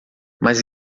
mas